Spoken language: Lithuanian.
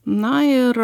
na ir